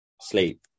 Sleep